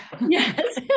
Yes